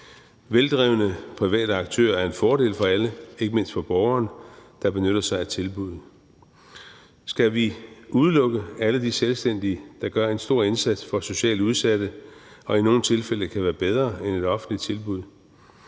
Veldrevne private aktører er en fordel for alle, ikke mindst for borgerne, der benytter sig af tilbuddene. Skal vi udelukke alle de selvstændige, der gør en stor indsats for socialt udsatte og i nogle tilfælde kan være bedre end et offentligt tilbud?